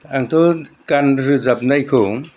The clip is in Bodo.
आंथ' गान रोजाबनायखौ